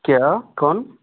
क्या कौन